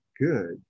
good